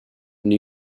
new